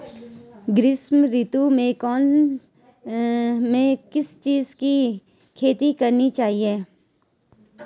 ग्रीष्म ऋतु में किस चीज़ की खेती करनी चाहिये?